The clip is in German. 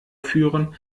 führen